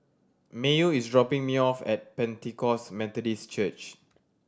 Mayo is dropping me off at Pentecost Methodist Church